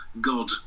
God